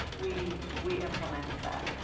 we we implemented that,